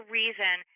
reason